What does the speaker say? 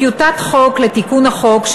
טיוטת חוק לתיקון החוק,